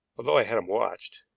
although i had him watched.